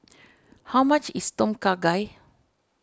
how much is Tom Kha Gai